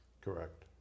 Correct